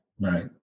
right